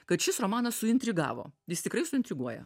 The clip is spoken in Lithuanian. kad šis romanas suintrigavo jis tikrai suintriguoja